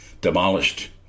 Demolished